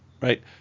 right